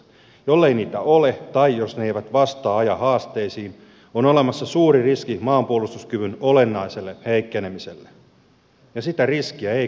jollei niitä ole tai jos ne eivät vastaa ajan haasteisiin on olemassa suuri riski maanpuolustuskyvyn olennaiselle heikkenemiselle ja sitä riskiä ei kannata ottaa